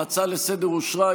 ההצעה לסדר-היום אושרה,